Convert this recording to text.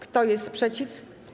Kto jest przeciw?